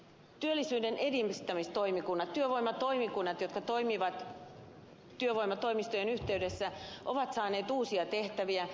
työllisyyden edistämistoimikunnat työvoimatoimikunnat jotka toimivat työvoimatoimistojen yhteydessä ovat saaneet uusia tehtäviä